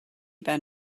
ben